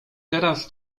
teraz